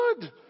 good